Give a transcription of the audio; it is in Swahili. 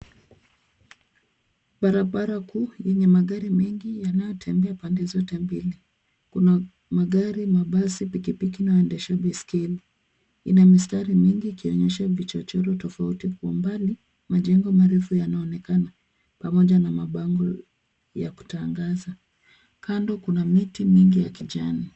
Barabara kuu yenye magari mengi yanayotembea pande zote mbili. Kuna magari, mabasi, pikipiki na waendesha baiskeli. Ina mistari mingi ikionyesha vichochoro tofauti. Kwa umbali majengo marefu yanaonekana pamoja na mabango ya kutangaza. Kando kina miti mingi ya kijani.